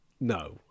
no